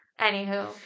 Anywho